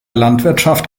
landwirtschaft